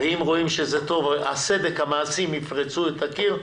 ואם רואים שזה טוב, הסדק, המעשים, יפרצו את הקיר.